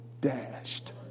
dashed